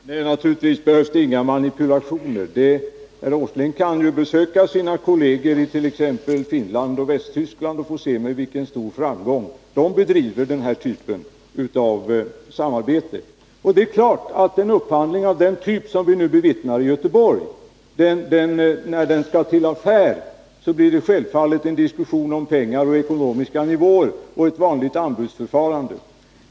Fru talman! Naturligtvis behövs det inga manipulationer. Herr Åsling kan ju besöka sina kolleger it.ex. Finland och Västtyskland och få se med vilken stor framgång de bedriver den här typen av samarbete. Det är klart att det vid en upphandling av den typ vi nu bevittnar i Göteborg blir ett vanligt anbudsförfarande när det skall bli affär av och en diskussion om pengar och ekonomiska nivåer.